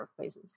workplaces